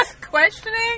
Questioning